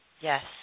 Yes